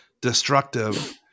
destructive